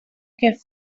que